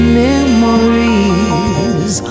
memories